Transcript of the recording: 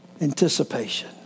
anticipation